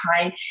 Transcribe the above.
time